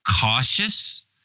cautious